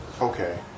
Okay